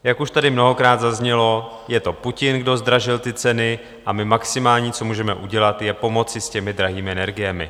Jak už tady mnohokrát zaznělo, je to Putin, kdo zdražil ty ceny, a maximálně, co můžeme udělat, je pomoci s drahými energiemi.